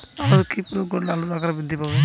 আলুতে কি প্রয়োগ করলে আলুর আকার বৃদ্ধি পাবে?